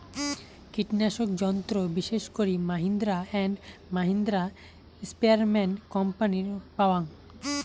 কীটনাশক যন্ত্র বিশেষ করি মাহিন্দ্রা অ্যান্ড মাহিন্দ্রা, স্প্রেয়ারম্যান কোম্পানির পাওয়াং